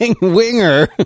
winger